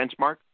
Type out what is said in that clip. benchmark